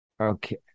Okay